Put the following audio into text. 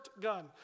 gun